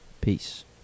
Peace